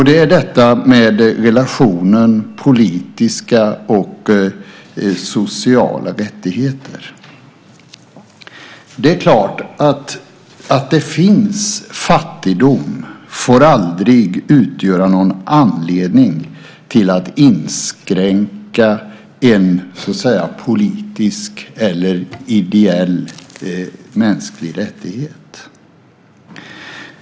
Det är relationen mellan politiska och sociala rättigheter. Det är klart att fattigdom aldrig får utgöra någon anledning till att inskränka en politisk eller ideell mänsklig rättighet.